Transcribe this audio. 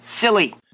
silly